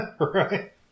Right